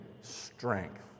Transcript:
strength